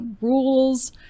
rules